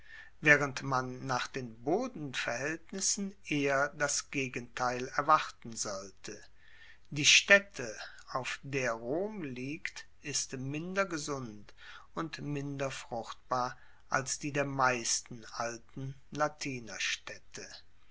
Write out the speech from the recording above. waehrend man nach den bodenverhaeltnissen eher das gegenteil erwarten sollte die staette auf der rom liegt ist minder gesund und minder fruchtbar als die der meisten alten